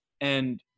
And-